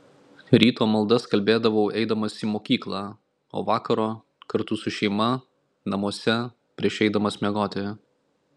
ryto maldas kalbėdavau eidamas į mokyklą o vakaro kartu su šeima namuose prieš eidamas miegoti